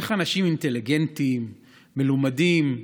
איך אנשים אינטליגנטים, מלומדים,